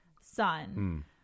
son